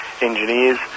engineers